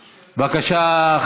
בבקשה,